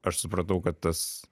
aš supratau kad tas